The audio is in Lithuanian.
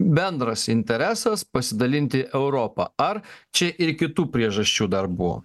bendras interesas pasidalinti europą ar čia ir kitų priežasčių dar buvo